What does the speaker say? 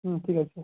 হুম ঠিক আছে